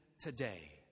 today